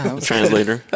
translator